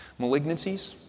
Malignancies